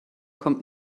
kommt